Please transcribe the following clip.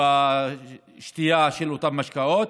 ירידה בשתייה של אותם משקאות.